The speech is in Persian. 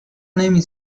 نمی